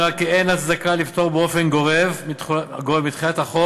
נראה כי אין הצדקה לפטור באופן גורף מתחולת החוק